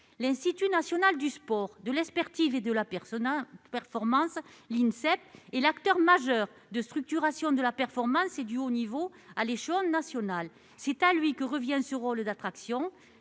L'Institut national du sport, de l'expertise et de la performance (Insep) étant l'acteur majeur de structuration de la performance et du haut niveau à l'échelon national, c'est à lui que revient ce rôle d'attraction.